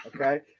Okay